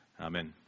Amen